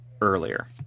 earlier